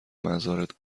مزارت